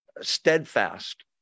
steadfast